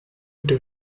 into